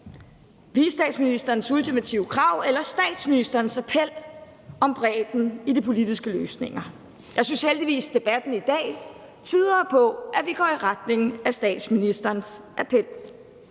vicestatsministerens ultimative krav eller statsministerens appel om bredde i de politiske løsninger? Jeg synes heldigvis, debatten i dag tyder på, at vi går i retning af statsministerens appel.